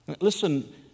Listen